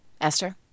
Esther